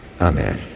Amen